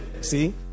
See